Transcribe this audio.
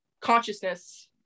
consciousness